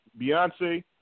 Beyonce